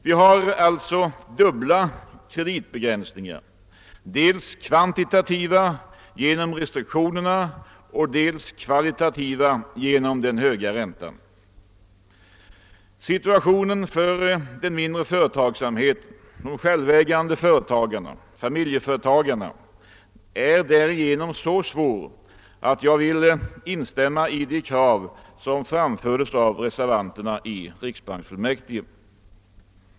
Vi har dubbla kreditbegränsningar, dels kvantitativa genom restriktionerna, dels kvalitativa genom den höga räntan. Situationen för den mindre företagsamheten, de självägande företagarna, familjeföretagarna, är därigenom så svår att jag vill instämma i de krav som framfördes av reservanterna i riksbanksfullmäktige.